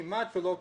כמעט וזה לא קיים.